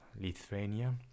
lithuania